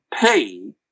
pay